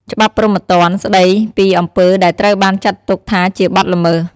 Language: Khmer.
ច្បាប់ព្រហ្មទណ្ឌ ស្តីពីអំពើដែលត្រូវបានចាត់ទុកថាជាបទល្មើស។